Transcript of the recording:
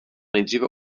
nejdříve